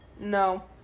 No